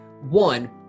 One